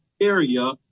area